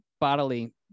bodily